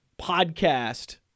podcast